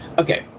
Okay